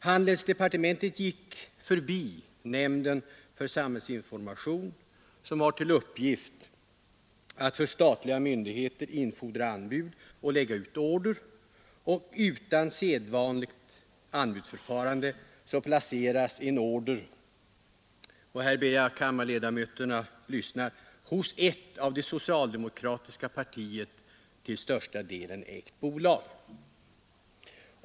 Handelsdepartementet gick förbi nämnden för sam hällsinformation, som har till uppgift att för statliga myndigheter infordra anbud och lägga ut order, och utan sedvanligt anbudsförfarande placerades en order — här ber jag kammarledamöterna lyssna noga — hos ett av socialdemokratiska partiet till största delen ägt bolag!